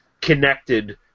connected